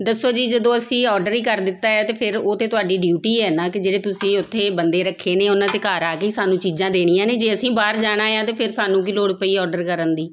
ਦੱਸੋ ਜੀ ਜਦੋਂ ਅਸੀਂ ਔਡਰ ਹੀ ਕਰ ਦਿੱਤਾ ਹੈ ਅਤੇ ਫਿਰ ਉਹ ਤਾਂ ਤੁਹਾਡੀ ਡਿਊਟੀ ਹੈ ਨਾ ਕਿ ਜਿਹੜੇ ਤੁਸੀਂ ਉੱਥੇ ਬੰਦੇ ਰੱਖੇ ਨੇ ਉਹਨਾਂ ਨੇ ਘਰ ਆ ਕੇ ਹੀ ਸਾਨੂੰ ਚੀਜ਼ਾਂ ਦੇਣੀਆਂ ਨੇ ਜੇ ਅਸੀਂ ਬਾਹਰ ਜਾਣਾ ਆ ਤਾਂ ਫਿਰ ਸਾਨੂੰ ਕੀ ਲੋੜ ਪਈ ਔਡਰ ਕਰਨ ਦੀ